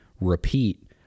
repeat